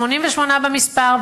88 במספר,